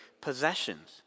possessions